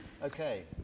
Okay